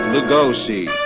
Lugosi